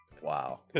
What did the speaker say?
Wow